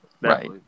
Right